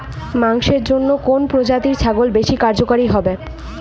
মাংসের জন্য কোন প্রজাতির ছাগল বেশি কার্যকরী হবে?